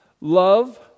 Love